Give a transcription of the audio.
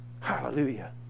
Hallelujah